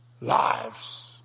lives